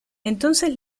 entonces